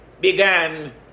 began